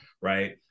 right